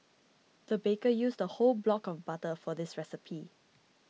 the baker used a whole block of butter for this recipe